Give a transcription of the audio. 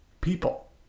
people